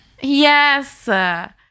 Yes